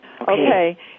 Okay